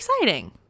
exciting